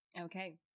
Okay